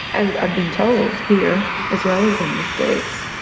and i've been told, here, as well as in the states,